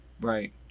Right